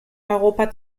europa